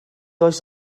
oes